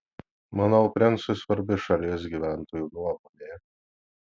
manau princui svarbi šalies gyventojų nuomonė